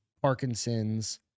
parkinson's